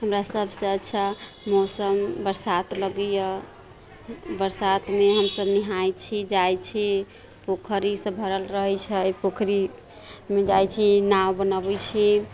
हमरा सबसे अच्छा मौसम बरसात लगैया बरसात मे हमसब निहाइ छी जाइ छी पोखरी सब भरल रहै छै पोखरी मे जाइ छी नाव बनबै छी